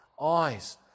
eyes